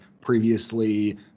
previously